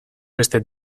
beste